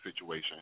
situation